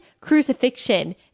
crucifixion